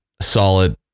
solid